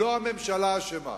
לא הממשלה אשמה.